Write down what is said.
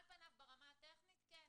על פניו ברמה הטכנית כן,